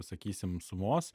sakysim sumos